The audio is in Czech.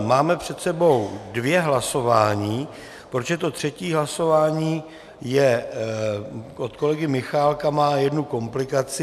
Máme před sebou dvě hlasování, protože to třetí hlasování od kolegy Michálka má jednu komplikaci.